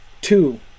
Two